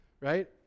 right